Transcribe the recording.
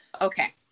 okay